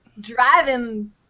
driving